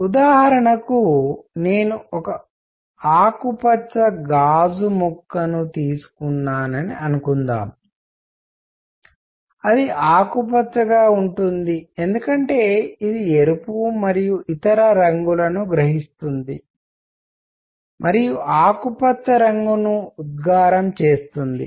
ఉదాహరణకు నేను ఒక ఆకుపచ్చ గాజు ముక్కను తీసుకున్నానని అనుకుందాం అది ఆకుపచ్చగా ఉంటుంది ఎందుకంటే ఇది ఎరుపు మరియు ఇతర రంగులను గ్రహిస్తుంది మరియు ఆకుపచ్చ రంగును ఉద్గారం చేస్తుంది